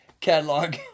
catalog